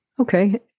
Okay